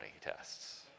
tests